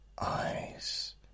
eyes